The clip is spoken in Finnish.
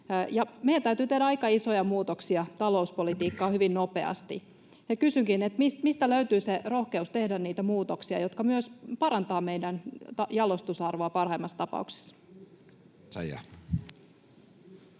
Meidän täytyy tehdä aika isoja muutoksia talouspolitiikkaan hyvin nopeasti. Kysynkin: mistä löytyy se rohkeus tehdä niitä muutoksia, jotka myös parantavat meidän jalostusarvoa parhaimmassa tapauksessa?